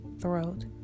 throat